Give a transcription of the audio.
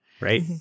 right